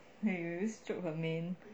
then we will just stroke her mane